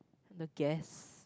the gas